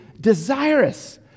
desirous